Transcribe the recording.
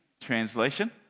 translation